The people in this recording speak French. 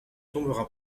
tombera